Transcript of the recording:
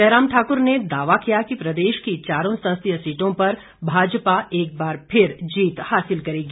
जयराम ठाकुर ने दावा किया कि प्रदेश की चारों संसदीय सीटों पर भाजपा एक बार फिर जीत हालिस करेगी